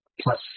plus